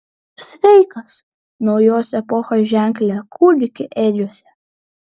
sveikas naujos epochos ženkle kūdiki ėdžiose